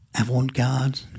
avant-garde